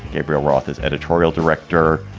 gabriel roth is editorial director.